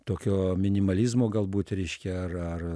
tokio minimalizmo galbūt reiškia ar ar